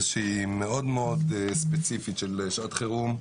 שהיא מאוד מאוד ספציפית של שעת חירום,